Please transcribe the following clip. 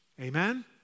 Amen